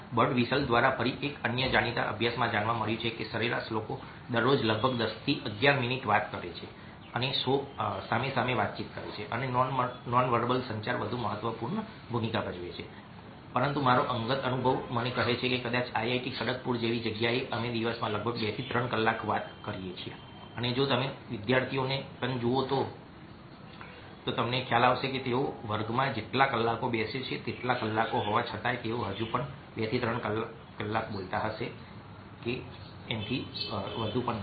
bird whistle દ્વારા ફરી એક અન્ય જાણીતા અભ્યાસમાં જાણવા મળ્યું છે કે સરેરાશ લોકો દરરોજ લગભગ 10 થી 11 મિનિટ વાત કરે છે અને સામ સામે વાતચીત કરે છે અને નોનવેર્બલ સંચાર વધુ મહત્વપૂર્ણ ભૂમિકા ભજવે છે પરંતુ મારો અંગત અનુભવ મને કહે છે કે કદાચ IIT ખડગપુર જેવી જગ્યાએ અમે દિવસમાં લગભગ 2 થી 3 કલાક વાત કરીએ છીએ અને જો તમે વિદ્યાર્થીઓને પણ જોતા હોવ તો તમે જોશો કે તેઓ વર્ગોમાં જેટલા કલાકો બેસે છે તેટલા કલાકો હોવા છતાં તેઓ હજુ પણ 2 થી 3 કલાક બોલતા હશે જો વધુ નહીં